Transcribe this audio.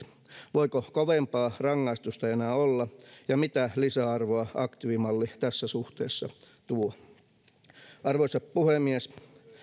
voiko kovempaa rangaistusta enää olla ja mitä lisäarvoa aktiivimalli tässä suhteessa tuo arvoisa puhemies